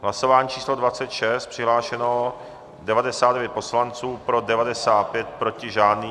V hlasování číslo 26 přihlášeno 99 poslanců, pro 95, proti žádný.